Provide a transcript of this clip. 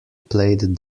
played